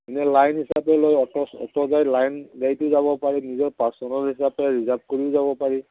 এনে লাইন হিচাপে লৈ অটো অটো যায় লাইন যাব পাৰি নিজৰ ৰিজাৰ্ভ কৰিও যাব পাৰি